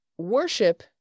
Worship